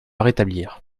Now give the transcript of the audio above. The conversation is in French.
rétablir